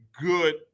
good